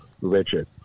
Richard